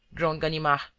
groaned ganimard.